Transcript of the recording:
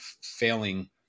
failing